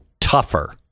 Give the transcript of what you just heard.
tougher